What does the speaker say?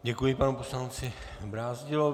Děkuji panu poslanci Brázdilovi.